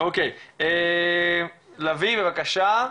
לביא רפאל, בבקשה.